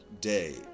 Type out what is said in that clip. day